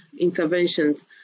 interventions